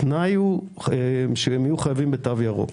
התנאי הוא שהם יהיו חייבים בתו ירוק.